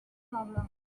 problem